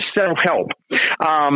self-help